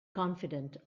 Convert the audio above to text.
confident